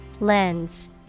Lens